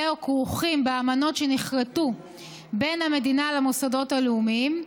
או כרוכים באמנות שנכרתו בין המדינה למוסדות הלאומיים,